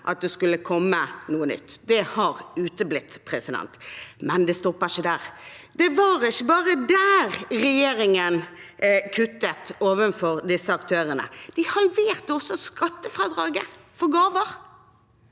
at det skulle komme noe nytt. Det har uteblitt. Men det stopper ikke der. Det var ikke bare der regjeringen kuttet overfor disse aktørene. De halverte også skattefradraget på gaver.